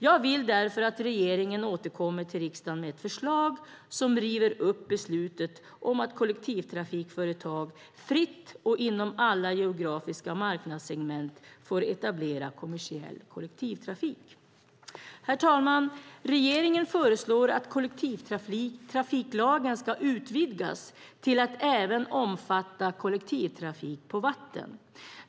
Jag vill därför att regeringen återkommer till riksdagen med ett förslag som river upp beslutet om att kollektivtrafikföretag fritt och inom alla geografiska marknadssegment får etablera kommersiell kollektivtrafik. Herr talman! Regeringen föreslår att kollektivtrafiklagen ska utvidgas till att även omfatta kollektivtrafik på vatten.